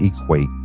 equate